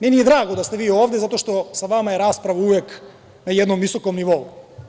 Meni je drago da ste vi ovde zato što je sa vama rasprava uvek na jednom visokom nivou.